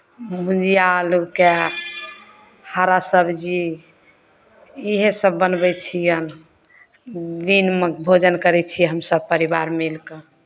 भुजिया आलूके हरा सब्जी इएहसभ बनबै छियनि दिनमे भोजन करै छियै हमसभ परिवार मिलि कऽ